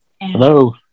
Hello